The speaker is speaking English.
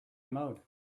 mode